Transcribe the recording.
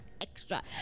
extra